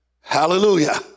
Hallelujah